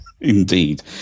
Indeed